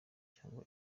cyangwa